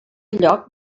lloc